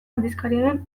aldizkariaren